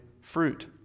fruit